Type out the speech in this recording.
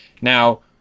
Now